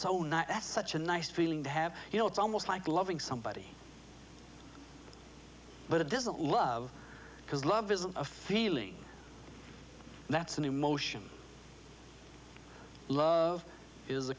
so not such a nice feeling to have you know it's almost like loving somebody but it doesn't love because love isn't a feeling that's an emotion love is a